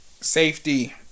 safety